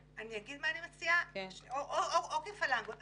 יש לנו פער משמעותי ברמת התודעה ברמה הלאומית.